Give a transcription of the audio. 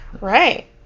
Right